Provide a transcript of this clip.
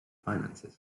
finances